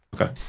okay